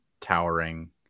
towering